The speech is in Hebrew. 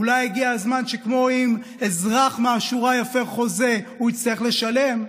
אולי הגיע הזמן שכמו שאם אזרח מהשורה יפר חוזה הוא יצטרך לשלם,